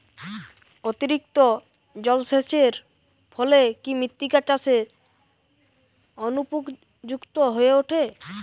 অতিরিক্ত জলসেচের ফলে কি মৃত্তিকা চাষের অনুপযুক্ত হয়ে ওঠে?